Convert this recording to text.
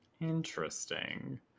Interesting